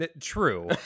true